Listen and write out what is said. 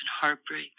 heartbreak